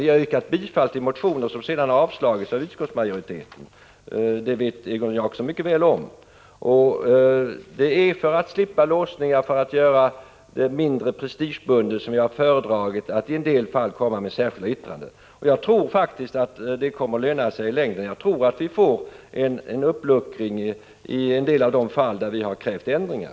Vi har yrkat bifall till motioner, som sedan har avstyrkts av utskottsmajoriteten. Det känner Egon Jacobsson mycket väl till. Det är för att slippa låsningar, för att det skall bli mindre prestigebundet, som vi har föredragit att i en del fall avge särskilda 35 yttranden. Och jag tror faktiskt att det kommer att löna sig i längden. Jag tror att vi får en uppluckring i en del av de fall där vi har krävt ändringar.